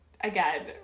again